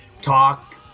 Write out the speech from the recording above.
talk